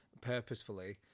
purposefully